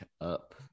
up